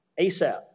ASAP